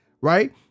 Right